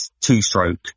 two-stroke